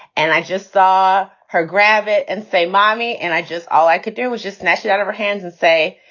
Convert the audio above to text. and i just saw her grab it and say, mommy. and i just all i could do was just neshin out of her hands and say,